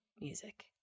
music